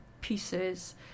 pieces